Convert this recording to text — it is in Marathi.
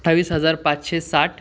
अठ्ठावीस हजार पाचशे साठ